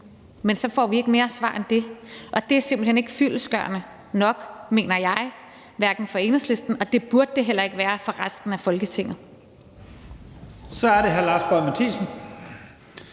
men vi får ikke mere svar end det, og det er simpelt hen ikke fyldestgørende nok, mener jeg, for Enhedslisten. Det burde det heller ikke være for resten af Folketinget. Kl. 12:44 Første